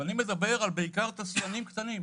אני מדבר בעיקר על תעשיינים קטנים.